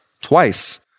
twice